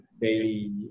daily